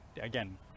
again